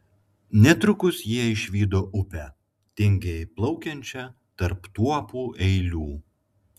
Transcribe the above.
netrukus jie išvydo upę tingiai plaukiančią tarp tuopų eilių